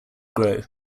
grow